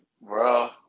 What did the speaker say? bro